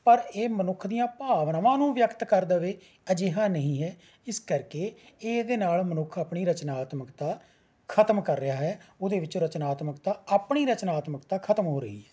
ਪਰ ਇਹ ਮਨੁੱਖ ਦੀਆਂ ਭਾਵਨਾਵਾਂ ਨੂੰ ਵਿਅਕਤ ਕਰ ਦੇਵੇ ਅਜਿਹਾ ਨਹੀਂ ਹੈ ਇਸ ਕਰਕੇ ਇਹਦੇ ਨਾਲ ਮਨੁੱਖ ਆਪਣੀ ਰਚਨਾਤਮਕਤਾ ਖਤਮ ਕਰ ਰਿਹਾ ਹੈ ਉਹਦੇ ਵਿੱਚ ਰਚਨਾਤਮਕਤਾ ਆਪਣੀ ਰਚਨਾਤਮਕਤਾ ਖਤਮ ਹੋ ਰਹੀ